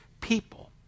people